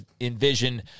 Envision